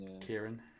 Kieran